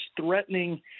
threatening